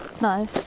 No